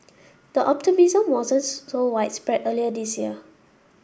the optimism wasn't so widespread earlier this year